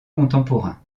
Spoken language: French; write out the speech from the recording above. contemporains